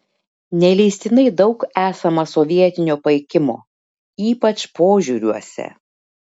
neleistinai daug esama sovietinio paikimo ypač požiūriuose